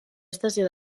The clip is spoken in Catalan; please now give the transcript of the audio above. estació